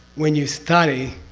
when you study